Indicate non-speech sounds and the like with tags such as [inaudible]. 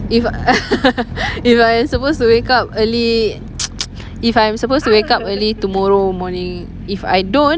if [noise] if I am supposed to wake up early [noise] if I am supposed to wake up early tomorrow morning if I don't